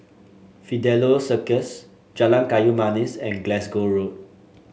Fidelio Circus Jalan Kayu Manis and Glasgow Road